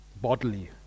Bodily